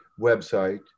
website